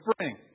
spring